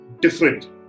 different